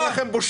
אין לכם בושה.